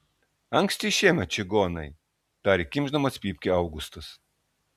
anksti šiemet čigonai tarė kimšdamas pypkę augustas